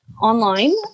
online